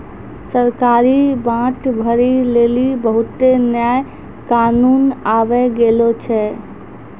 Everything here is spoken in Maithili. सरकारी बांड भरै लेली बहुते नया कानून आबि गेलो छै